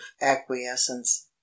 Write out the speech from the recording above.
acquiescence